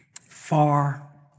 far